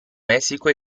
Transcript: messico